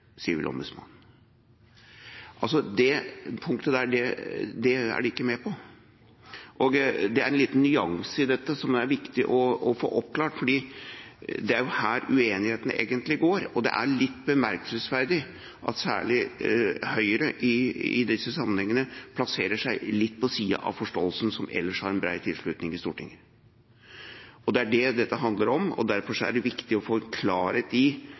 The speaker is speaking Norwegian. Sivilombudsmannen. Dette punktet er de ikke med på. Det er en liten nyanse i dette som er viktig å få oppklart, for det er her uenigheten egentlig går, og det er litt bemerkelsesverdig at særlig Høyre i disse sammenhengene plasserer seg litt på siden av forståelsen som ellers har bred tilslutning i Stortinget. Det er det dette handler om, og derfor er det viktig å få klarhet i